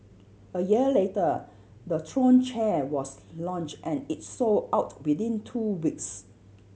a year later the Throne chair was launched and it sold out within two weeks